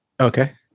Okay